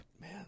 man